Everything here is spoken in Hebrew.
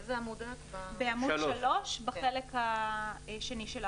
בעמוד 3 בחלק השני של העמוד.